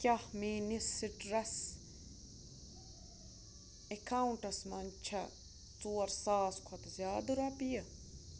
کیٛاہ میٲنِس سِٹرس اٮ۪کاونٛٹَس منٛز چھےٚ ژور ساس کھۄتہٕ زِیادٕ رۄپیہِ